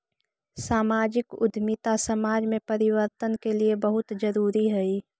सामाजिक उद्यमिता समाज में परिवर्तन के लिए बहुत जरूरी हई